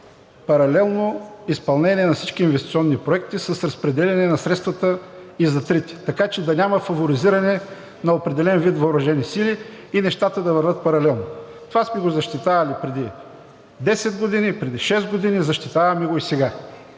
паралелно изпълнение на всички инвестиционни проекти с разпределение на средствата и за трите, така че да няма фаворизиране на определен вид въоръжени сили и нещата да вървят паралелно. Това сме го защитавали преди 10 години, преди шест години, защитаваме го и сега.